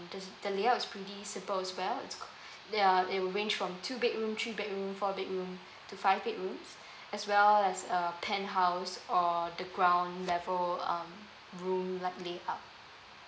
the the layout is pretty simple as well it's called they are they would range from two bedroom three bedroom four bedroom to five bedrooms as well as uh penthouse or the ground level um room likely hub